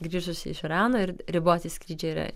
grįžusi iš irano ir ribose skrydžiai yra